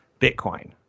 Bitcoin